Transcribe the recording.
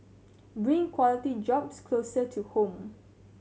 bring quality jobs closer to home